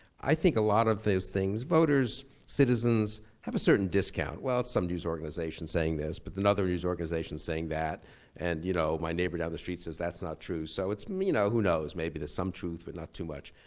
i think a lot of those things, voters, citizens, have a certain discount. well, it's some new organizations saying this but then other news organizations saying that and you know my neighbor down the street says, that's not true. so it's, you know who knows. maybe there's some truth but not too much.